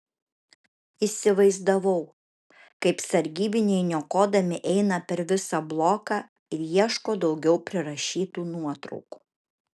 įsivaizdavau kaip sargybiniai niokodami eina per visą bloką ir ieško daugiau prirašytų nuotraukų